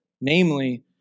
namely